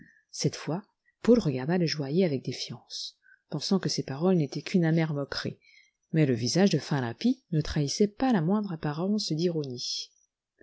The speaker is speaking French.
cette fois paul regarda le joaillier avec défiance pensant que ces paroles n'étaient qu'une amère moquerie mais le visage de finlappi ne trahissait pas la moindre apparence d'ironie